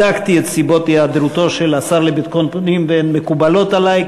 בדקתי את סיבות היעדרותו של השר לביטחון הפנים והן מקובלות עלי.